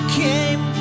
came